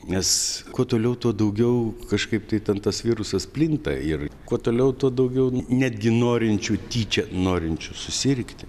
nes kuo toliau tuo daugiau kažkaip tai ten tas virusas plinta ir kuo toliau tuo daugiau netgi norinčių tyčia norinčių susirgti